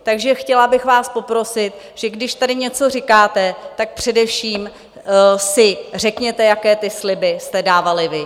Takže chtěla bych vás poprosit, že když tady něco říkáte, tak především si řekněte, jaké sliby jste dávali vy.